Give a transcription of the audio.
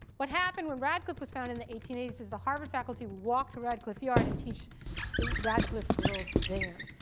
what happened when radcliffe was founded in the eighteen eighty s, is the harvard faculty would walk to radcliffe yard and teach the radcliffe girls there.